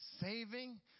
saving